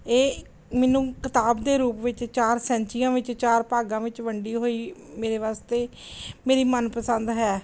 ਇਹ ਮੈਨੂੰ ਕਿਤਾਬ ਦੇ ਰੂਪ ਵਿੱਚ ਚਾਰ ਸੈਂਚੀਆਂ ਵਿੱਚ ਚਾਰ ਭਾਗਾਂ ਵਿੱਚ ਵੰਡੀ ਹੋਈ ਮੇਰੇ ਵਾਸਤੇ ਮੇਰੀ ਮਨਪਸੰਦ ਹੈ